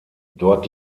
dort